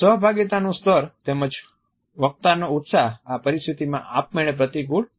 સહભાગિતાનું સ્તર તેમજ વક્તાનો ઉત્સાહ આ પરિસ્થિતિમાં આપમેળે પ્રતિકૂળ અસર કરશે